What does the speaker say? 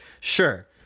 sure